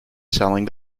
selling